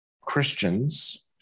Christians